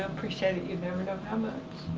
appreciate it you'll never know how much.